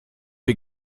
wir